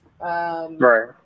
Right